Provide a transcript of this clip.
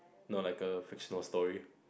no like a fictional story